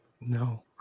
No